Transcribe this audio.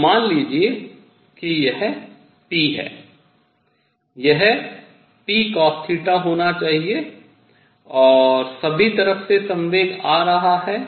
तो मान लीजिए कि यह p है यह pcosθ होना चाहिए और सभी तरफ से संवेग आ रहा है